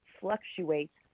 fluctuates